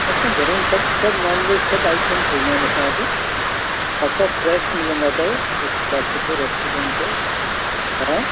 असांजे घणेई सभु सभु नॉन वैज सभु आइटम ठाहींदा आहिनि असां वटि ऐं सभु फ्रैश मिलंदा अथव हिकदमि सुठो रैस्टोरंट अथव हा